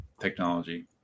technology